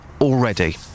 already